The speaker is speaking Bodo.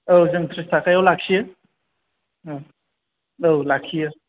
औ जों थ्रिसथाखायाव लाखियो औ लाखियो